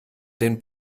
den